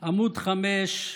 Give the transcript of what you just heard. עמ' 5,